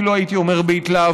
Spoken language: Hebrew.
אפילו הייתי אומר בהתלהבות,